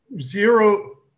Zero